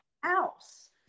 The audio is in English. house